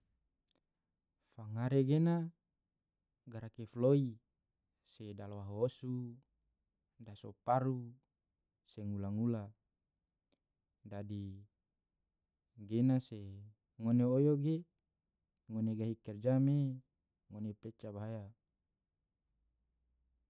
fangare gena garaki foloi se dalwaho osu. daso paru se ngula ngula dadi gena se ngone oyo ge ngone gahi kerna me ngone pleca bahaya.